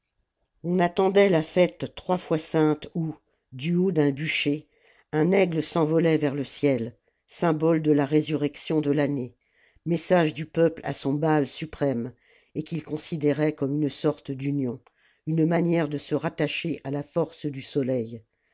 on attendait la fête trois fois sainte où du haut d'un bûcher un aigle s'envolait vers le ciel symbole de la résurrection de l'année message du peuple à son baal suprême et qu'il considérait comme une sorte d'union une manière de se rattacher à la force du soleil